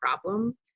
problem